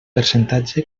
percentatge